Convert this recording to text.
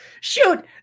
Shoot